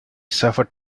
suffered